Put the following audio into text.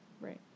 Right